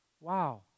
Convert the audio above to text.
Wow